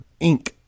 Inc